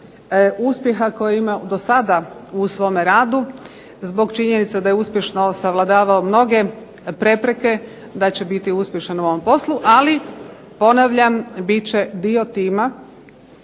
uspjeha koji je imao do sada u svome radu, zbog činjenice da je uspješno savladavao mnoge prepreke, da će biti uspješan u ovom poslu. Ali ponavljam, bit će dio tima